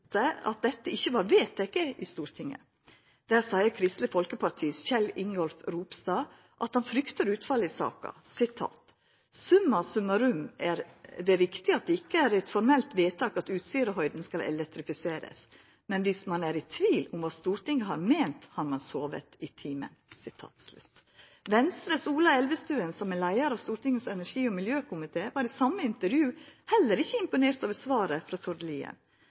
at dette ikkje var vedteke i Stortinget. Der seier Kristeleg Folkepartis Kjell Ingolf Ropstad at han fryktar utfallet i saka: «Summa summarum er det riktig at det ikke er et formelt vedtak at Utsirahøyden skal elektrifiseres. Men hvis man er i tvil om hva Stortinget har ment, har man sovet i timen.» Venstres Ola Elvestuen, som er leiar av Stortingets energi- og miljøkomité, var i same intervju heller ikkje imponert over svaret frå